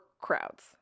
crowds